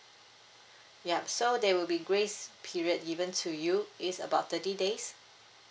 yup so there will be grace period given to you it's about thirty days